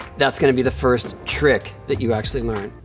that's gonna be the first trick that you actually learn.